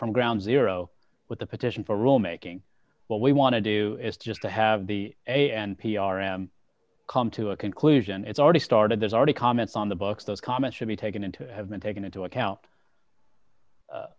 from ground zero with the petition for rule making what we want to do is just to have the a n p r m come to a conclusion it's already started there's already comments on the books those comments should be taken into have been taken into account